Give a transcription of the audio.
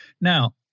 Now